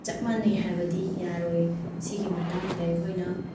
ꯆꯞ ꯃꯥꯟꯅꯩ ꯍꯥꯏꯕꯗꯤ ꯌꯥꯔꯣꯏ ꯁꯤꯒꯤ ꯃꯇꯥꯡꯗ ꯑꯩꯈꯣꯏꯅ